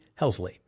helsley